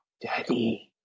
Daddy